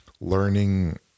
learning